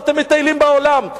אבל אתם מטיילים בעולם,